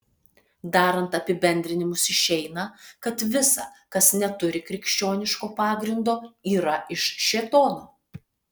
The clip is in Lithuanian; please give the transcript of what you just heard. darant apibendrinimus išeina kad visa kas neturi krikščioniško pagrindo yra iš šėtono